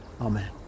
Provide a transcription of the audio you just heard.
amen